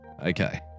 okay